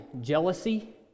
jealousy